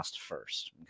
first